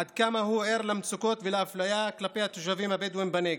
עד כמה הוא ער למצוקות ולאפליה כלפי התושבים הבדואים בנגב.